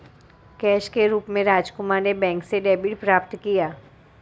cash के रूप में राजकुमार ने बैंक से डेबिट प्राप्त किया